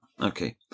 Okay